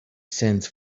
sends